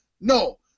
No